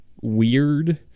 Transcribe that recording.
weird